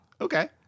Okay